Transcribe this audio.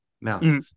Now